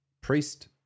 priest